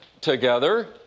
together